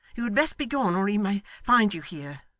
you had best begone, or he may find you here.